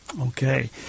Okay